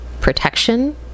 protection